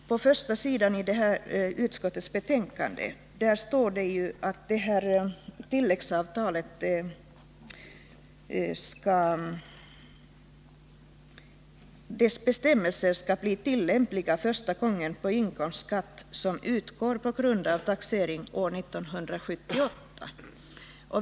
På första sidan i utskottets betänkande står det att det här tilläggsavtalets bestämmelser första gången skall bli tillämpliga på inkomstskatt som utgår på grund av taxering år 1978.